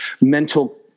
mental